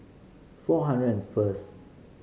four hundred and first